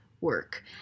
work